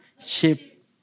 ship